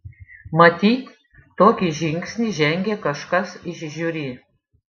matyt tokį žingsnį žengė kažkas iš žiuri